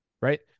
right